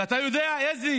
ואתה יודע איזה